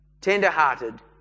tender-hearted